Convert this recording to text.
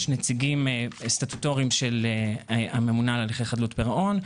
יש נציגים סטטוטוריים של הממונה על הליכי חדלות פירעון,